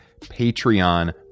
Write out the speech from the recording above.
Patreon